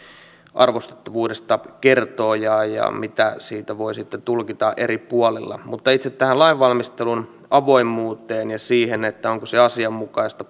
arvostettavuudesta kertoo ja mitä siitä voi sitten tulkita eri puolilla mutta itse tähän lainvalmistelun avoimuuteen ja siihen onko se asianmukaista